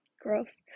gross